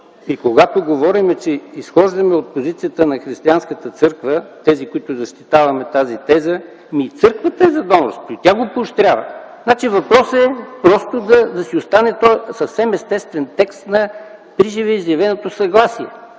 И когато говорим, че изхождаме от позицията на Християнската църква, тези, които защитаваме тази теза, и Църквата е за донорството, и тя го поощрява. Въпросът е просто да си остане този съвсем естествен текст на приживе изявеното съгласие.